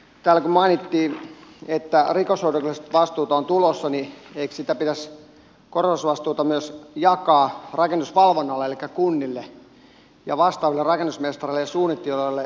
täällä kun mainittiin että rikosoikeudelliset vastuut ovat tulossa niin eikös sitä korvausvastuuta pitäisi myös jakaa rakennusvalvonnalle elikkä kunnille ja vastaaville rakennusmestareille ja suunnittelijoille